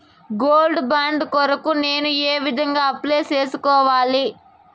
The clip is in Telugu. గోల్డ్ బాండు కొరకు నేను ఏ విధంగా అప్లై సేసుకోవాలి?